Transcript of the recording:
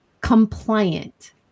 compliant